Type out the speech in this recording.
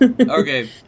Okay